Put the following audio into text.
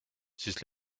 siis